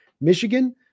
Michigan